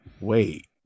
wait